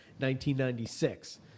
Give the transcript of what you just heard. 1996